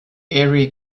erie